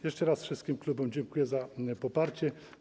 Jeszcze raz wszystkim klubom dziękuję za poparcie.